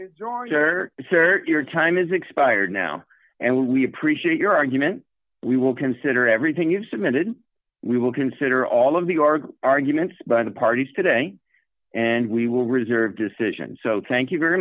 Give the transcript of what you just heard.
spare time is expired now and we appreciate your argument we will consider everything you've submitted we will consider all of the our arguments by the parties today and we will reserve decision so thank you very